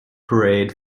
parade